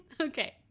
Okay